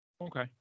Okay